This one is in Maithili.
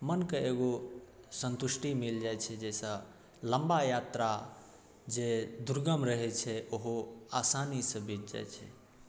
मनके एगो सन्तुष्टि मिल जाइ छै जैसँ लम्बा यात्रा जे दुर्गम रहै छै ओहो आसानीसँ बिति जाइ छै